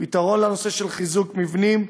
פתרון לנושא של חיזוק מבנים,